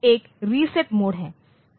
तो यह एक रीसेट मोड है